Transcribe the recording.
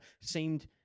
seemed